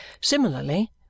Similarly